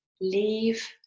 leave